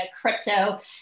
crypto